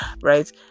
right